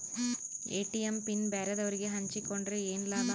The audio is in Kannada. ಎ.ಟಿ.ಎಂ ಪಿನ್ ಬ್ಯಾರೆದವರಗೆ ಹಂಚಿಕೊಂಡರೆ ಏನು ಲಾಭ?